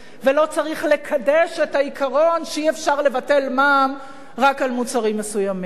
ולא צריך לקדש את העיקרון שאי-אפשר לבטל מע"מ רק על מוצרים מסוימים.